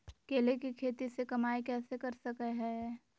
केले के खेती से कमाई कैसे कर सकय हयय?